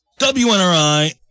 WNRI